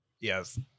Yes